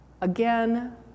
Again